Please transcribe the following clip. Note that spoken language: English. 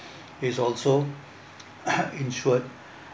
is also insured